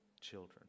children